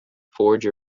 forge